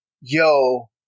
yo